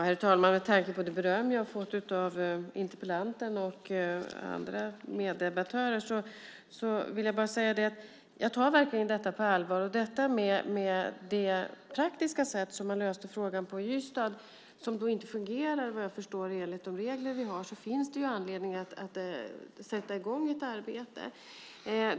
Herr talman! Med tanke på det beröm jag har fått av interpellanten och andra meddebattörer vill jag säga att jag verkligen tar detta på allvar. Det praktiska sätt på vilket man löste frågan i Ystad fungerar inte vad jag förstår enligt de regler vi har, och då finns det anledning att sätta i gång ett arbete.